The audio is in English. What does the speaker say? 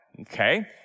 okay